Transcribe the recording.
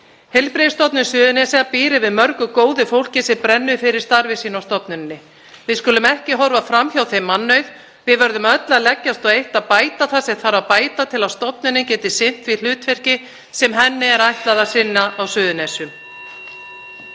Heilbrigðisstofnun Suðurnesja býr yfir mörgu góðu fólki sem brennur fyrir starfi sínu á stofnuninni. Við skulum ekki horfa fram hjá þeim mannauð. Við verðum öll að leggjast á eitt að bæta það sem þarf að bæta til að stofnunin geti sinnt því hlutverki sem henni er ætlað að sinna á Suðurnesjum.